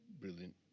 brilliant